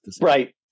Right